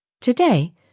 Today